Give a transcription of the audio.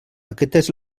aquestes